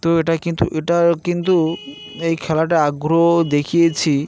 তো এটা কিন্তু এটা কিন্তু এই খেলাটা আগ্রহ দেখিয়েছি